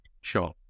Sure